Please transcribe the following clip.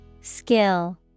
Skill